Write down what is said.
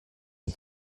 and